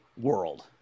world